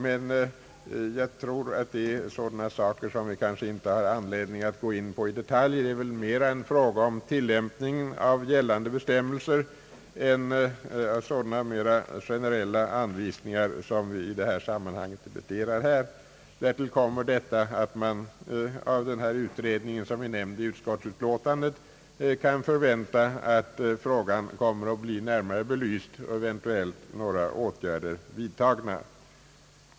Vi har dock kanske inte anledning att här gå in i detaljer. Problemet gäller mera en fråga om tillämpning av gällande bestämme?- ser än av sådana generella anvisningar, som vi i riksdagen anlägger på dessa frågor. Därtill kommer, som nämnts i utskottsutlåtandet, att frågan kommer att bli närmare belyst av en utredning. Eventuellt blir då åtgärder vidtagna.